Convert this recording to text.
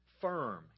firm